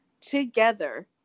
together